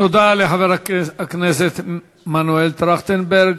תודה לחבר הכנסת מנואל טרכטנברג.